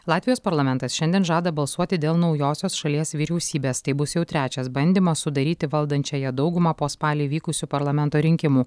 latvijos parlamentas šiandien žada balsuoti dėl naujosios šalies vyriausybės tai bus jau trečias bandymas sudaryti valdančiąją daugumą po spalį vykusių parlamento rinkimų